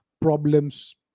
problems